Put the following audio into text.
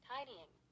Tidying